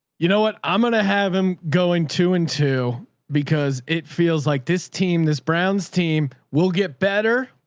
you know what? i'm going to have him going two and two because it feels like this team, this brown's team will get better,